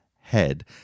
head